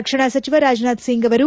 ರಕ್ಷಣಾ ಸಚಿವ ರಾಜನಾಥ್ ಸಿಂಗ್ ಅವರು